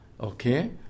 Okay